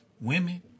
women